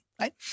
right